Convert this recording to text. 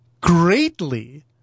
greatly